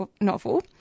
novel